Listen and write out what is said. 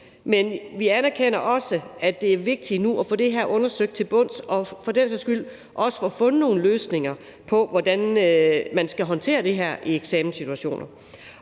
Men vi anerkender også, at det nu er vigtigt at få det her undersøgt til bunds og for den sags skyld også få fundet nogle løsninger på, hvordan man skal håndtere det her i eksamenssituationer.